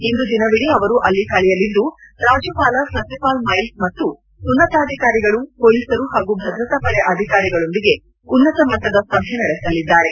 ಇಂದು ದಿನವಿಡೀ ಅವರು ಅಲ್ಲಿ ಕಳೆಯಲಿದ್ದು ರಾಜ್ಯಪಾಲ ಸತ್ಯ ಪಾಲ್ ಮೈಲ್ಕ್ ಮತ್ತು ಉನ್ನತಾಧಿಕಾರಿಗಳು ಪೊಲೀಸರು ಹಾಗೂ ಭದ್ರತಾ ಪಡೆ ಅಧಿಕಾರಿಗಳೊಂದಿಗೆ ಉನ್ನತ ಮಟ್ಟದ ಸಭೆ ನಡೆಸಲಿದ್ದಾರೆ